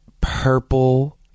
purple